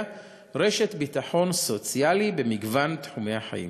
רשת ביטחון סוציאלי במגוון תחומי החיים.